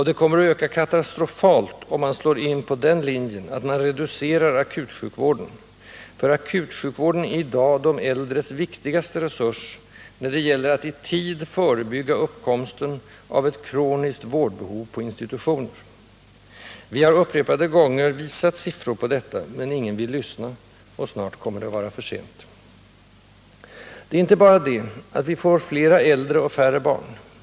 Det kommer att öka katastrofalt, om man slår in på den linjen att man reducerar akutsjukvården, för akutsjukvården är i dag de äldres viktigaste resurs när det gäller att i tid förebygga uppkomsten av ett kroniskt behov av vård på institutioner. Vi har upprepade gånger visat siffror på detta, men ingen vill lyssna, och snart kommer det att vara för sent. Det är inte bara det att vi får flera äldre och färre barn.